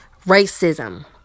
Racism